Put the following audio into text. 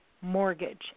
mortgage